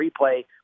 replay